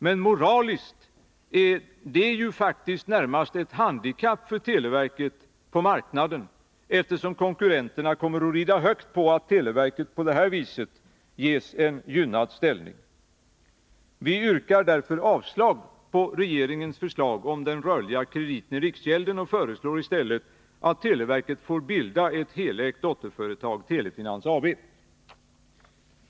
Men moraliskt är ju detta faktiskt närmast ett handikapp för televerket på marknaden, eftersom konkurrenterna kommer att rida högt på att televerket på det här viset ges en gynnad ställning. Vi yrkar därför avslag på regeringens förslag om den rörliga krediten i riksgäldskontoret och föreslår i stället att televerket får bilda ett helägt dotterföretag, Telefinans AB.